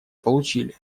получили